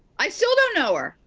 i still don't know her.